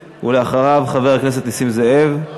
ואחריו חבר הכנסת נסים זאב.